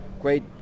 great